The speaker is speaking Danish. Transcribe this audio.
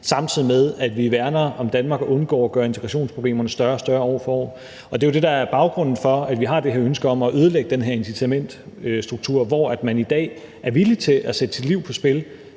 samtidig med at vi værner om Danmark og undgår at gøre integrationsproblemerne større og større år for år. Det er jo det, der er baggrunden for, at vi har det her ønske om at ødelægge den incitamentsstruktur, hvor man i dag er villig til at sætte sit liv på spil